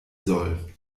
soll